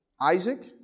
Isaac